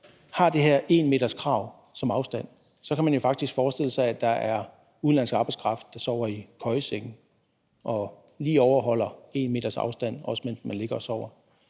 har det her 1-metersafstandskrav, kan man jo faktisk forestille sig, at der er udenlandsk arbejdskraft, der sover i køjesenge og lige overholder 1 m's afstand, også mens man ligger og sover.